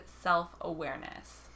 self-awareness